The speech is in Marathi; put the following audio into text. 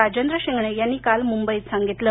राजेंद्र शिंगणे यांनी काल मूंबईत सांगितलं